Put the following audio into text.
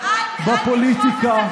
בפוליטיקה,